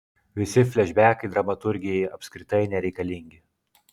visi flešbekai dramaturgijai apskritai nereikalingi